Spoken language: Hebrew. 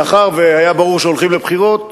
מאחר שהיה ברור שהולכים לבחירות,